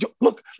look